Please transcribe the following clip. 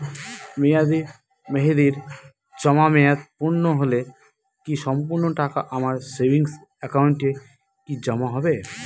মেয়াদী মেহেদির জমা মেয়াদ পূর্ণ হলে কি সম্পূর্ণ টাকা আমার সেভিংস একাউন্টে কি জমা হবে?